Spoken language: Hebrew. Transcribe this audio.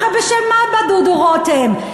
הרי בשם מה בא דודו רותם?